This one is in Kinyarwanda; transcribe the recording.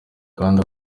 kandi